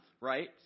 right